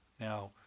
Now